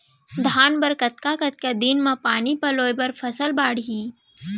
धान बर कतका कतका दिन म पानी पलोय म फसल बाड़ही?